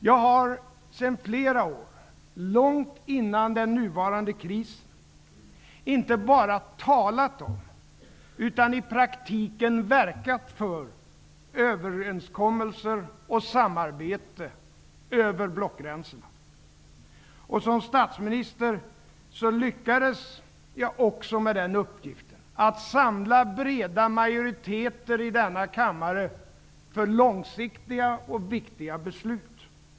Jag har sedan flera år, långt före den nuvarande krisen, inte bara talat om utan i praktiken verkat för överenskommelser och samarbete över blockgränserna. Som statsminister lyckades jag också med den uppgiften, att samla breda majoriteter i denna kammare för långsiktiga och viktiga beslut.